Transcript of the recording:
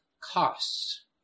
costs